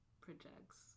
projects